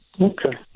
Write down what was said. Okay